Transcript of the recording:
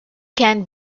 can